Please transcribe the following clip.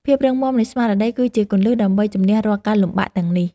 ភាពរឹងមាំនៃស្មារតីគឺជាគន្លឹះដើម្បីជម្នះរាល់ការលំបាកទាំងនេះ។